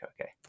okay